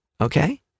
Okay